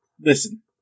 listen